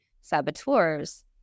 saboteurs